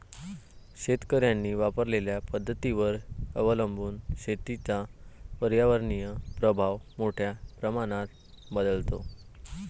शेतकऱ्यांनी वापरलेल्या पद्धतींवर अवलंबून शेतीचा पर्यावरणीय प्रभाव मोठ्या प्रमाणात बदलतो